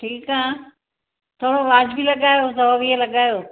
ठीकु आहे थोरो वाजिबी लॻायो सौ वीह लॻायो